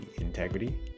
integrity